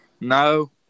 no